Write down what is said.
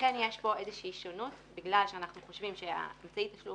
אכן יש כאן איזושהי שונות בגלל שאנחנו חושבים שאמצעי התשלום